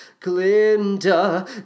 Glinda